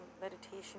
meditation